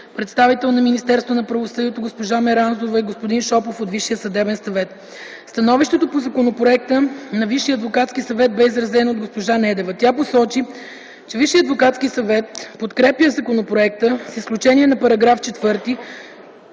Меранзова от Министерство на правосъдието и господин Шопов от Висшия съдебен съвет. Становището по законопроекта на Висшия адвокатски съвет бе изразено от госпожа Недева. Тя посочи, че Висшият адвокатски съвет подкрепя законопроекта с изключение на § 4,